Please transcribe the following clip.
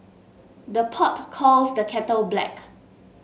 the pot calls the kettle black